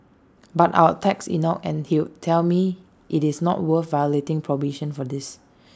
but I will text Enoch and he will tell me IT is not worth violating probation for this